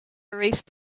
erased